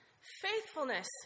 Faithfulness